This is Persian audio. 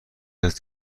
کسی